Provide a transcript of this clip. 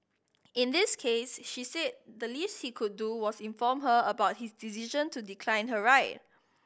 in this case she said the least he could do was inform her about his decision to decline her ride